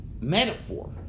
metaphor